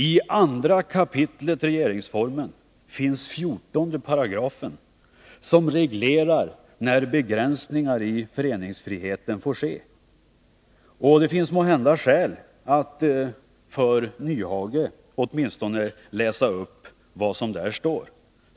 I 2 kap. regeringsformen finns 14 § som reglerar när begränsningar i föreningsfriheten får ske. Det finns måhända skäl att åtminstone för herr Nyhage läsa upp vad som där står.